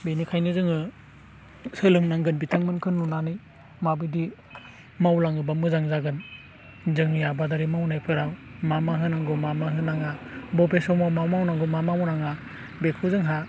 बिनिखायनो जोङो सोलोंनांगोन बिथांमोनखौ नुनानै माबायदि मावलाङोब्ला मोजां जागोन जोंनि आबादारि मावनायफोरा मा मा होनांगौ मा मा होनाङा बबे समाव मा मावनांगौ मा मावनाङा बेखौ जोंहा